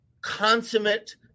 consummate